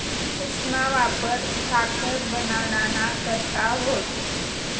ऊसना वापर साखर बनाडाना करता व्हस